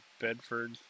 Bedford